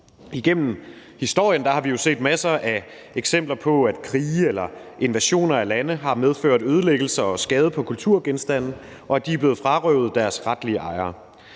Igennem historien har vi jo set masser af eksempler på, at krige eller invasioner af lande har medført ødelæggelser og skade på kulturgenstande, og at de er blevet røvet fra deres retlige ejere.